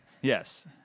Yes